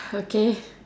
okay